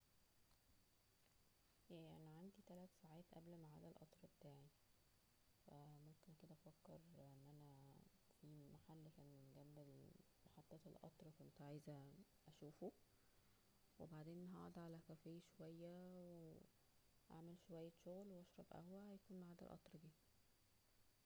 ياه انا عندى تلات ساعات قبل معاد القطر بتاعى, فا ممكن كدا افكر ان انا فى محل كان جنب محطة القطر كنت عايزة اشوفه! وبعدين هقعد على كافيه شوية و ,وهعمل شوية شغل واشرب قهوة هيكون معد القطر جيه